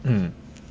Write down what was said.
mm